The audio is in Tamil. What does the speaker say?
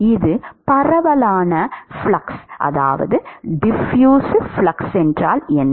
இது பரவலான ஃப்ளக்ஸ் என்றால் என்ன